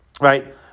right